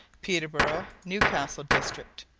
peterborough, newcastle district.